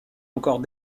encore